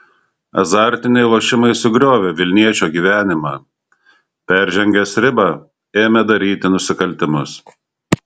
azartiniai lošimai sugriovė vilniečio gyvenimą peržengęs ribą ėmė daryti nusikaltimus